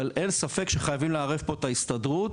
אבל אין ספק שחייבים לערב פה את ההסתדרות